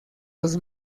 los